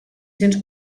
cents